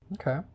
Okay